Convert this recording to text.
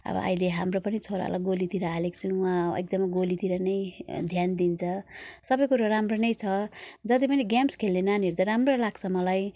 अब अहिले हाम्रो पनि छोरालाई गोलीतिर हालेको छौँ उहाँ एकदमै गोलीतिर नै ध्यान दिन्छ सबै कुरो राम्रो नै छ जति पनि गेम्स खेल्ने नानीहरू त राम्रो लाग्छ मलाई